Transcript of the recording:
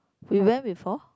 we went before